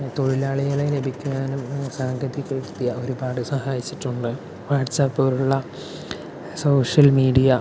തൊഴിലാളികളെ ലഭിക്കുവാനും സാങ്കേതികവിദ്യ ഒരുപാട് സഹായിച്ചിട്ടുണ്ട് വാട്സ്ആപ്പ് പോലുള്ള സോഷ്യൽ മീഡിയ